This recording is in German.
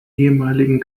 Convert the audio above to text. ehemaligen